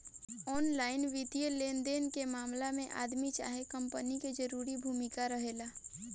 online वित्तीय लेनदेन के मामला में आदमी चाहे कंपनी के जरूरी भूमिका रहेला